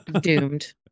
Doomed